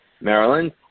Maryland